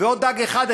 ועוד דג אחד,